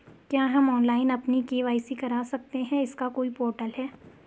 क्या हम ऑनलाइन अपनी के.वाई.सी करा सकते हैं इसका कोई पोर्टल है?